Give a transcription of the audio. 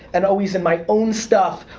and always in my own stuff,